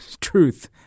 truth